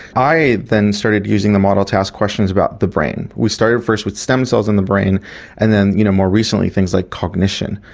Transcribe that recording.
i then started using the model task questions about the brain. we started first with stem cells in the brain and then you know more recently things like cognition.